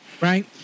Right